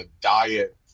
diet